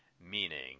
meaning